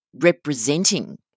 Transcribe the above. representing